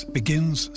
begins